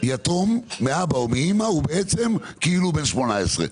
יתום מאבא או מאמא הוא בעצם כאילו הוא בן 18,